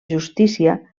justícia